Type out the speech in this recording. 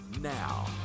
Now